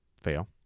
fail